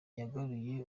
yagaruye